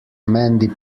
mandy